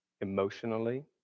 emotionally